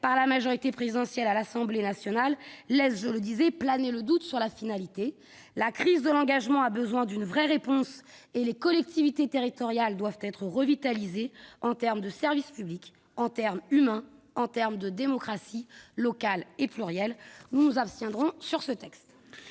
par la majorité présidentielle à l'Assemblée nationale laisse planer le doute quant à cette finalité. La crise de l'engagement a besoin d'une véritable réponse et les collectivités territoriales doivent être revitalisées, en termes de services publics, en termes humains, en termes de démocratie locale et plurielle. Nous nous abstiendrons sur ce texte.